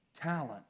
talent